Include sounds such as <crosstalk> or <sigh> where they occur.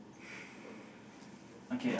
<breath>